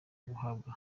guhabwa